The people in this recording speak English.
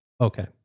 Okay